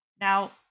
Now